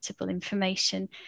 information